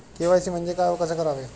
KYC म्हणजे काय व कसे करावे?